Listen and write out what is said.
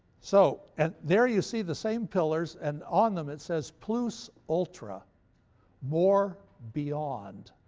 so and there you see the same pillars and on them it says plus ultra more beyond.